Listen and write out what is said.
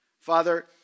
Father